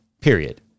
Period